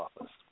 office